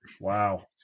Wow